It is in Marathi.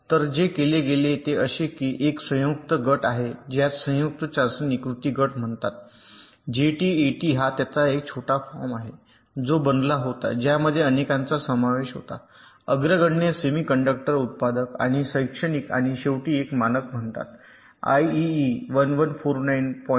तर जे केले गेले ते असे की तेथे एक संयुक्त गट आहे ज्यात संयुक्त चाचणी कृती गट म्हणतात जेटीएटी हा त्याचा एक छोटा फॉर्म आहे जो बनला होता ज्यामध्ये अनेकांचा समावेश होता अग्रगण्य सेमी कंडक्टर उत्पादक आणि शैक्षणिक आणि शेवटी एक मानक म्हणतात आयईईई 1149